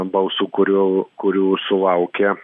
balsų kurių kurių sulaukė